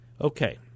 Okay